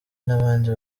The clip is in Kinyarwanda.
nabandi